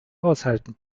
aushalten